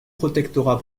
protectorat